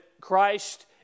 Christ